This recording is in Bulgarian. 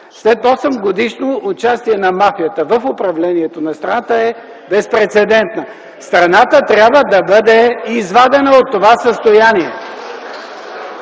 след осемгодишно участие на мафията в управлението на страната, е безпрецедентна. Страната трябва да бъде извадена от това състояние.